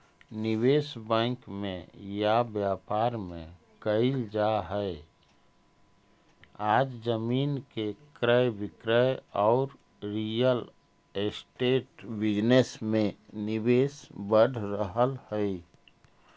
निवेश बैंक में या व्यापार में कईल जा हई आज जमीन के क्रय विक्रय औउर रियल एस्टेट बिजनेस में निवेश बढ़ रहल हई